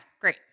great